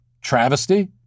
travesty